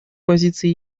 позиция